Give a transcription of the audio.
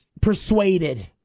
persuaded